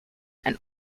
and